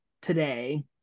today